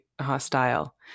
hostile